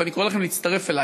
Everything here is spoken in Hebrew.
ואני קורא לכם להצטרף אלי,